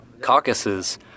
Caucuses